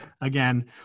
again